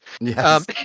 Yes